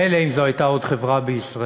מילא אם זו הייתה עוד חברה בישראל,